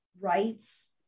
rights